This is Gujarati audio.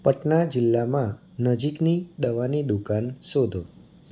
પટના જિલ્લામાં નજીકની દવાની દુકાન શોધો